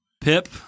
Pip